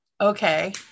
okay